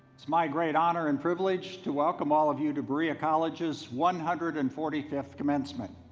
it's my great honor and privilege to welcome all of you to berea college's one hundred and forty fifth commencement.